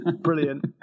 brilliant